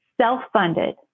Self-funded